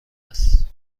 است